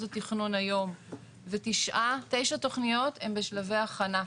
התכנון היום ותשע תכניות הן בשלבי הכנה.